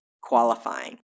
qualifying